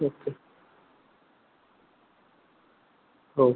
okay हो